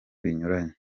binyuranye